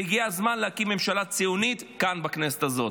והגיע הזמן להקים ממשלה ציונית כאן בכנסת הזאת.